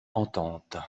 entente